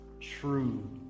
true